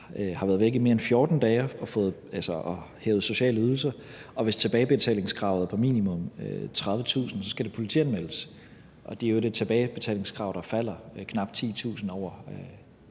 har været væk i mere end 14 dage og har hævet sociale ydelser, og hvis tilbagebetalingskravet er på minimum 30.000 kr., skal det politianmeldes. Det er et tilbagebetalingskrav, der falder knap 10.000 kr.